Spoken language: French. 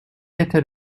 était